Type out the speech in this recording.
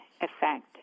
effect